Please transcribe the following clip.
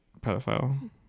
Pedophile